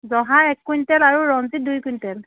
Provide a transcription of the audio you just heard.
জহা এক কুইণ্টল আৰু ৰঞ্জিত দুই কুইণ্টল